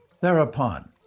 Thereupon